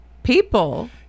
people